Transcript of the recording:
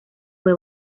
fue